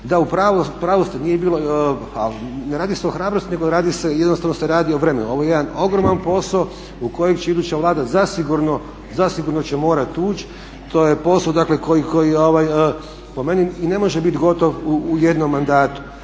Da, u pravu ste, nije bilo, ali ne radi se o hrabrosti nego radi se, jednostavno se radi o vremenu. Ovo je jedan ogroman posao u kojem će iduća Vlada, zasigurno će morati ući. To je posao dakle koji po meni i ne može biti gotov u jednom mandatu.